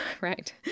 right